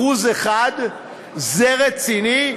1%. זה רציני?